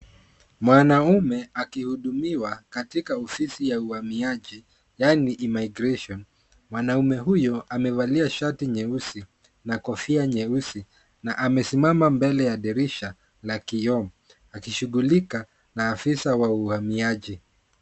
Mwanaumea akihudumiwa katika ofisi ya uhamiaji yani immigration . Mwanaume huyo amevalia shati nyeusi na kofia nyeusi na amesimama mbele ya dirisha la kioo akishughulika na afisa wa uhamiaji.